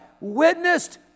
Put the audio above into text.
witnessed